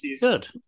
Good